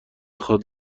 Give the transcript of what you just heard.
خواد